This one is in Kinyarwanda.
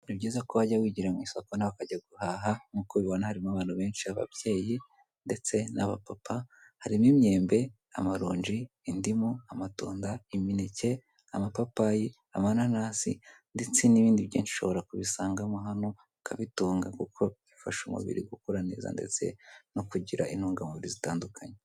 Biba byiza ko wajya wigira mu isoko nawe ukajya guhaha, nk'uko ubibona harimo abantu benshi b'ababyeyi ndetse n'abapapa harimo imyembe, amaronji, indimu, amatunda, imineke, amapapayi, amananasi ndetse n'ibindi byinshi ushobora kubisangamo hano ukabitunga kuko bifasha umubiri gukura neza ndetse no kugira intungamubiri zitandukanye.